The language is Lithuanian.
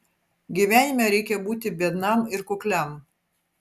gyvenime reikia būti biednam ir kukliam